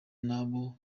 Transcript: n’abo